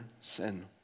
sin